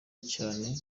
cyane